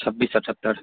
छब्बीस सतत्तर